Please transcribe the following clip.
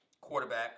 quarterback